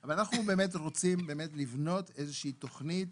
אנחנו באמת רוצים לבנות איזושהי תוכנית,